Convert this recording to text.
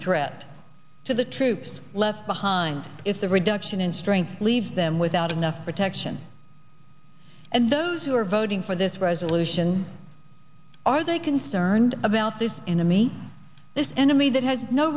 threat to the troops left behind if the reduction in strength leave them without enough protection and those who are voting for this resolution are they concerned about this enemy this enemy that has no